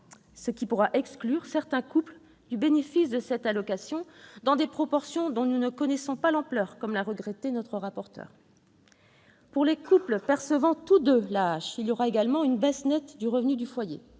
ce qui pourra exclure certains couples du bénéfice de l'allocation, dans des proportions dont nous ne connaissons pas l'ampleur, comme l'a regretté notre rapporteur. Les couples percevant tous deux l'AAH connaîtront eux aussi une baisse nette des revenus du foyer.